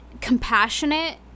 compassionate